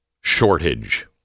shortage